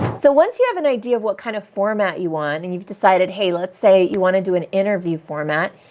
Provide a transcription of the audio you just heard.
so, once you have an idea of what kind of format you want and you've decided, let's say, you want to do an interview format.